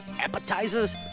appetizers